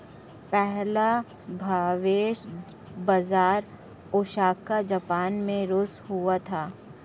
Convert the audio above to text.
पहला भविष्य बाज़ार ओसाका जापान में शुरू हुआ था